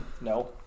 No